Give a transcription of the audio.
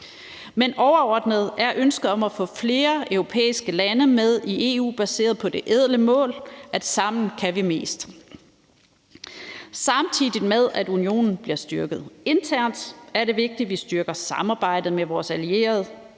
Men overordnet er ønsket at få flere europæiske lande med i EU baseret på det ædle mål, at sammen kan vi mest. Samtidig med at unionen bliver styrket internt, er det vigtigt, at vi styrker samarbejdet med vores allierede